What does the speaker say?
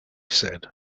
said